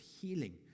healing